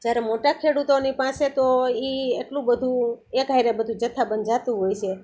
જ્યારે મોટા ખેડૂતોની પાસે તો એ એટલું બધુ એક સાથે બધું જથ્થાબંધ જતું હોય છે